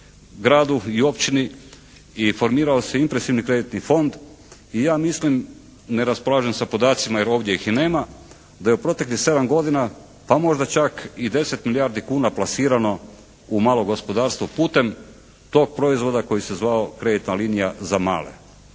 gradu i općini i formirao se impresivni kreditni fond i ja mislim, ne raspolažem sa podacima jer ovdje ih i nema da je u proteklih 7 godina pa možda čak i 10 milijardi kuna plasirano u malo gospodarstvo putem tog proizvoda koji se zvao kreditna linija za male.